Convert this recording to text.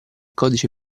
codice